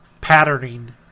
patterning